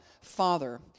Father